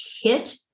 hit